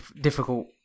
difficult